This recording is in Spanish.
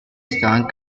estaban